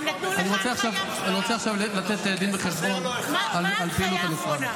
אני רוצה עכשיו לתת דין וחשבון על פעילות המשרד.